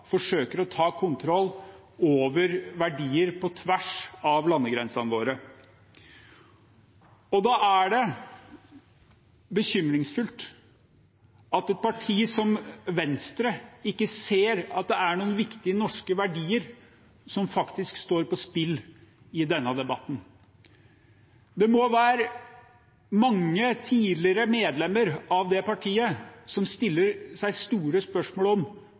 forsøker å ta kontroll over verdier på tvers av landegrensene våre. Da er det bekymringsfullt at et parti som Venstre ikke ser at det er noen viktige norske verdier som faktisk står på spill i denne debatten. Det må være mange tidligere medlemmer av det partiet som stiller seg store spørsmål om